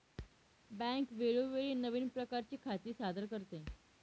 bank वेळोवेळी नवीन प्रकारची खाती सादर करते